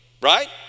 right